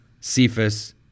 Cephas